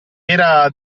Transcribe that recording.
era